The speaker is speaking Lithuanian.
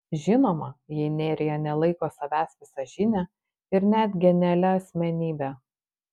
žinoma jei nerija nelaiko savęs visažine ir net genialia asmenybe